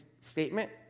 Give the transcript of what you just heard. statement